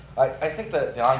i think that the